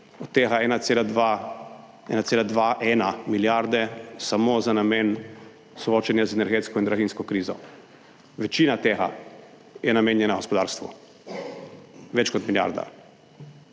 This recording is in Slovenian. od tega 1,21 milijarde samo za namen soočenja z energetsko in draginjsko krizo, večina tega je namenjena gospodarstvu, več kot milijarda.